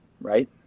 Right